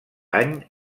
any